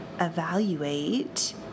evaluate